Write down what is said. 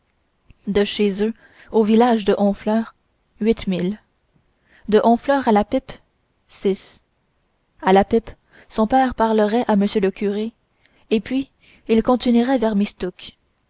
de chez eux au village de honfleur huit milles de honfleur à la pipe six à la pipe son père parlerait à m le curé et puis il continuerait vers mistook